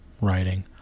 writing